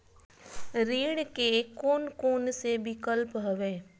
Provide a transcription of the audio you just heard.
ऋण के कोन कोन से विकल्प हवय?